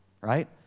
Right